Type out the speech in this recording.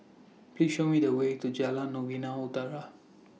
Please Show Me The Way to Jalan Novena Utara